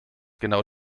genau